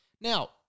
Now